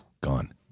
gone